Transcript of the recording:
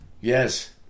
Yes